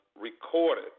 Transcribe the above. recorded